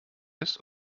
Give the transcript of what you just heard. ist